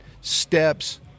steps